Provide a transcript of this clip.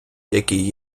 які